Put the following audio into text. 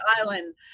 Island